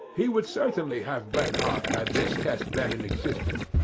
he would certainly have been hung had this test been in existence.